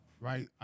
right